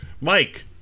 Mike